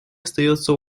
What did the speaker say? остается